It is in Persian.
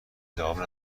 جواب